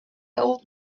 old